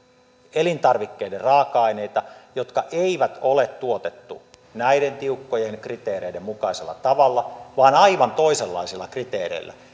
elintarvikkeiden raaka aineita joita ei ole tuotettu näiden tiukkojen kriteereiden mukaisella tavalla vaan aivan toisenlaisilla kriteereillä